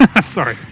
Sorry